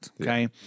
Okay